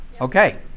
Okay